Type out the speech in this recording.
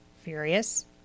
furious